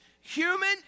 human